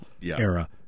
era